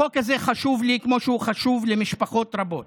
החוק הזה חשוב לי כמו שהוא חשוב למשפחות רבות.